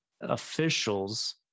officials